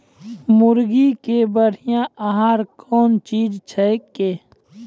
मुर्गी के बढ़िया आहार कौन चीज छै के?